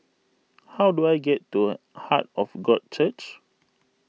how do I get to Heart of God Church